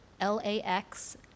L-A-X